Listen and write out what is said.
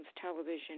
television